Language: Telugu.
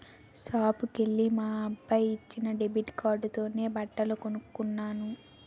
షాపుకెల్లి మా అబ్బాయి ఇచ్చిన డెబిట్ కార్డుతోనే బట్టలు కొన్నాను